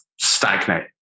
stagnate